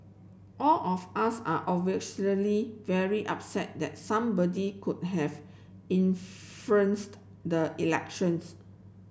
all of us are obviously very upset that somebody could have influenced the elections